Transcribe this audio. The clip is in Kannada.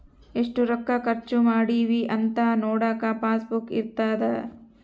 ಎಷ್ಟ ರೊಕ್ಕ ಖರ್ಚ ಮಾಡಿವಿ ಅಂತ ನೋಡಕ ಪಾಸ್ ಬುಕ್ ಇರ್ತದ